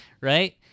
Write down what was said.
Right